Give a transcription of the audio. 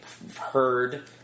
heard